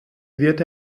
wird